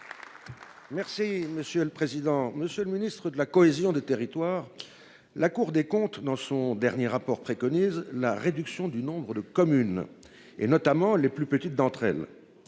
Merci monsieur le président, Monsieur le ministre de la cohésion des territoires. La Cour des comptes dans son dernier rapport préconise la réduction du nombre de communes et notamment les plus petites d'entre elles.